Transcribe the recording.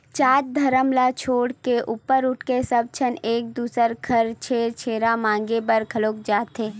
जात धरम ल छोड़ के ऊपर उठके सब झन एक दूसर घर छेरछेरा मागे बर घलोक जाथे